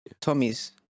Tommy's